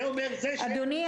זה אומר זה שייך